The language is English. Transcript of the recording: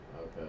Okay